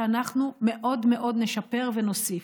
שאנחנו מאוד נשפר ונוסיף.